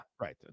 right